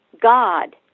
God